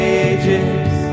ages